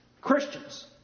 Christians